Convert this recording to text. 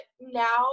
now